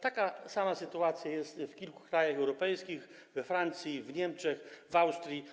Taka sama sytuacja jest w kilku krajach europejskich: we Francji, w Niemczech, w Austrii.